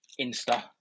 Insta